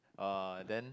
uh then